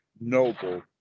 noble